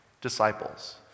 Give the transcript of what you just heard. disciples